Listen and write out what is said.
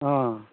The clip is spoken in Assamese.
অঁ